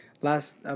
last